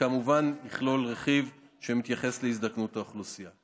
שכמובן יכלול רכיב שמתייחס להזדקנות האוכלוסייה.